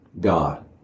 God